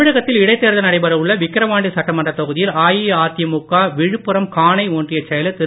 தமிழகத்தில் இடைத்தேர்தல் நடைபெற உள்ள விக்கரவாண்டி சட்டமன்றத் தொகுதியில் அஇஅதிமுக விழுப்புரம் காணை ஒன்றியச் செயலர் திரு